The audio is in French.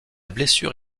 blessure